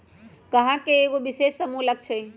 गाहक के एगो विशेष समूह लक्ष हई